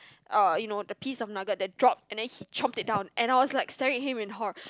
uh you know the piece of nugget that drop and then he chompped it down and I was like staring him in horror